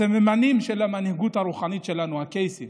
הסממנים של המנהיגות הרוחנית שלנו הם הקייסים,